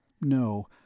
No